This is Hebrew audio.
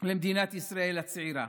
למדינת ישראל הצעירה,